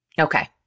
Okay